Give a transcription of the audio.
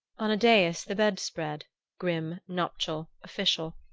on a dais the bedstead, grim, nuptial, official,